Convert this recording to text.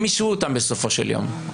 הם אישרו אותן בסופו של יום.